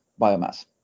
biomass